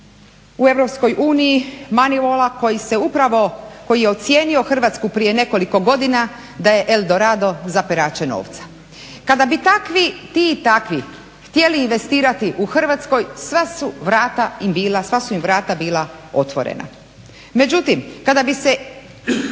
koji je ocijenio Hrvatsku prije nekoliko godina da je Eldorado za perače novca. Kada bi ti i takvi htjeli investirati u Hrvatskoj sva su im vrata bila otvorena. Međutim, kad bi se